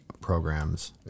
programs